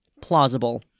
plausible